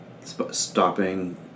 stopping